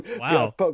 Wow